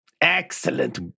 Excellent